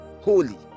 Holy